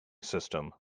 system